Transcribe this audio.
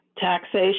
Taxation